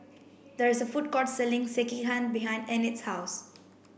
there is a food court selling Sekihan behind Enid's house